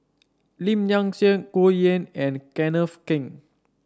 Lim Nang Seng Goh Yihan and Kenneth Keng